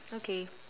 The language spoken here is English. okay